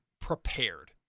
prepared